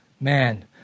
Man